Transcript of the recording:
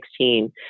2016